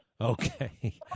Okay